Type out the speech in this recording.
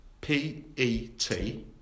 P-E-T